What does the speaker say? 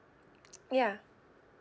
ya